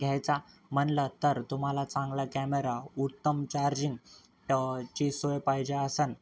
घ्यायचा म्हटलं तर तुम्हाला चांगला कॅमेरा उत्तम चार्जिंगची सोय पाहिजे असणं